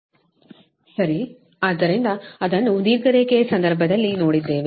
ಪ್ರಸರಣ ರೇಖೆಗಳ ಗುಣಲಕ್ಷಣ ಮತ್ತು ಕಾರ್ಯಕ್ಷಮತೆ ಮುಂದುವರೆದ ಸರಿ ಆದ್ದರಿಂದ ಅದನ್ನು ದೀರ್ಘ ರೇಖೆಯ ಸಂದರ್ಭದಲ್ಲಿ ನೋಡಿದ್ದೇವೆ